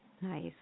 nice